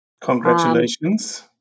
Congratulations